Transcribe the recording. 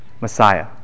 Messiah